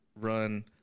run